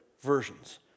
versions